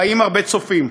באים הרבה צופים,